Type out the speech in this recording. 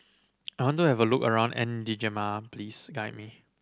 I want to have a look around N'Djamena please guide me